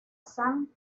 san